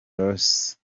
rossi